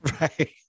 Right